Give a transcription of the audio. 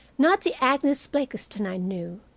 not the agnes blakiston i knew,